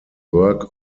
works